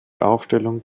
aufstellung